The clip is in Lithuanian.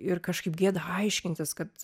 į ir kažkaip gėda aiškintis kad